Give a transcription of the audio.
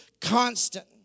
constant